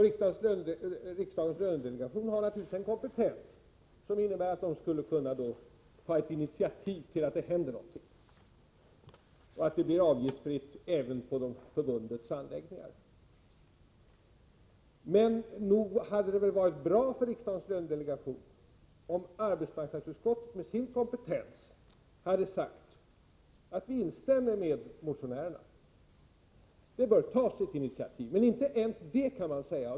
Riksdagens lönedelegation har naturligtvis en kompetens som innebär att man där skulle kunna ta ett initiativ så att någonting händer och så att behandling vid Svenska psoriasisförbundets anläggningar blir avgiftsfri. Men nog hade det väl varit bra för lönedelegationen om arbetsmarknadsutskottet, med sin kompetens, hade instämt i motionärernas uppfattning och sagt att det bör tas ett initiativ. Men inte ens det vill utskottet säga.